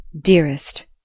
Dearest